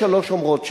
שלוש אומרות שלא.